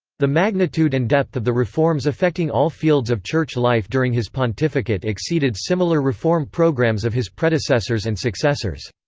the magnitude and depth of the reforms affecting all fields of church life during his pontificate exceeded similar reform programmes of his predecessors and successors.